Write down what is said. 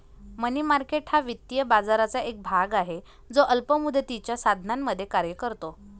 मनी market हा वित्तीय बाजाराचा एक भाग आहे जो अल्प मुदतीच्या साधनांमध्ये कार्य करतो